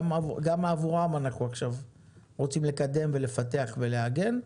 גם עבורם אנחנו עכשיו רוצים לפתח ולקדם ולעגן,